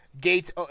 Gates